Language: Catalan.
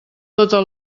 tota